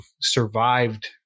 survived